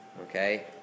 okay